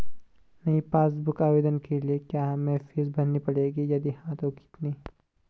नयी passbook book आवेदन के लिए क्या हमें फीस भरनी पड़ेगी यदि हाँ तो कितनी?